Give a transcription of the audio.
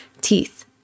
Teeth